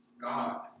God